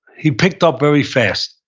he picked up very fast.